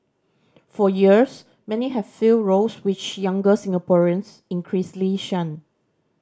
for years many have filled roles which younger Singaporeans increasingly shun